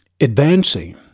advancing